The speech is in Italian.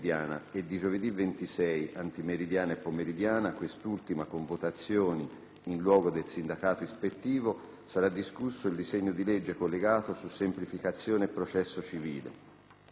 in luogo del sindacato ispettivo), sarà discusso il disegno di legge collegato su semplificazione e processo civile. Per i due disegni di legge collegati si è proceduto alla ripartizione dei tempi tra i Gruppi.